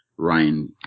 ryan